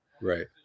Right